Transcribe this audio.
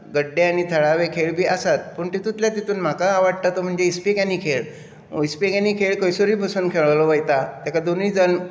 गड्डे आनी थळावे खेळ बी आसात पूण तितुंतले तितून म्हाका आवडटा तो म्हणजे इस्पिकांनी खेळ इस्पिकांनी खेळ खंयसरूय बसून खेळलो वयता तेका दोनूय